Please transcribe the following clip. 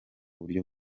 buryo